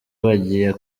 bagiye